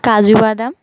কাজুবাদাম